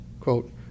Quote